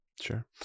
sure